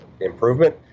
improvement